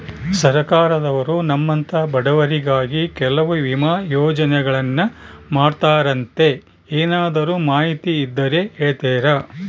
ಸರ್ಕಾರದವರು ನಮ್ಮಂಥ ಬಡವರಿಗಾಗಿ ಕೆಲವು ವಿಮಾ ಯೋಜನೆಗಳನ್ನ ಮಾಡ್ತಾರಂತೆ ಏನಾದರೂ ಮಾಹಿತಿ ಇದ್ದರೆ ಹೇಳ್ತೇರಾ?